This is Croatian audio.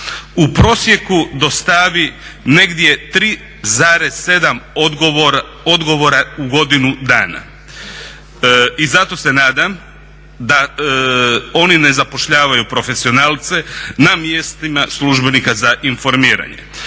u prosjeku dostavi negdje 3,7 odgovora u godinu dana. i zato se nadam da oni ne zapošljavanju profesionalce na mjestima službenika za informiranje.